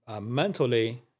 mentally